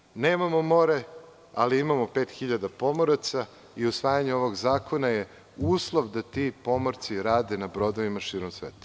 Ponavljam, nemamo more ali imamo 5.000 pomoraca i usvajanje ovog zakona je uslov da ti pomorci rade na brodovima širom sveta.